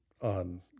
on